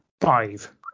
five